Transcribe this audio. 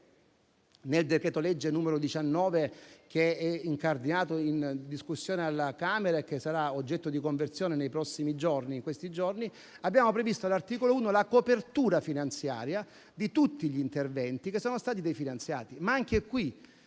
Nel decreto-legge n. 19 del 2024, che è incardinato in discussione alla Camera e che sarà oggetto di conversione nei prossimi giorni, all'articolo 1 abbiamo previsto la copertura finanziaria di tutti gli interventi che sono stati definanziati. Anche in